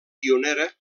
pionera